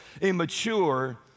immature